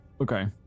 Okay